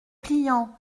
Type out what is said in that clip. pliants